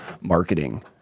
marketing